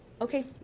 Okay